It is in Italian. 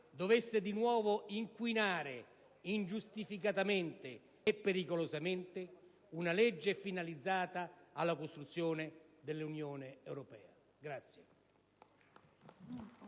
dovesse di nuovo inquinare ingiustificatamente e pericolosamente una legge finalizzata alla costruzione dell'Unione europea.